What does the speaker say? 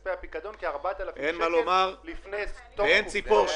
מכספי הפיקדון - כ-4,000 שקלים - לפני תום התקופה.